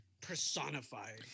personified